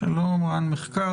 רע"ן מחקר,